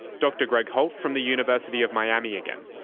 dr greg holt from the university of miami again.